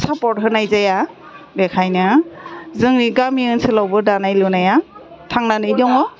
support होनाय जाया बेखायनो जोंनि गामि ओनसोलावबो दानाय लुनाया थांनानै दङ